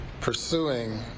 pursuing